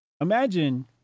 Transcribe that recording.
Imagine